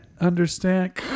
understand